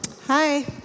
Hi